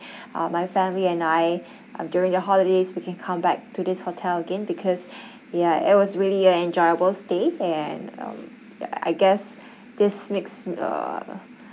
uh my family and I um during the holidays we can come back to this hotel again because ya it was really an enjoyable stay and um I guess this makes uh